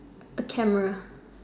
A camera